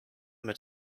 mit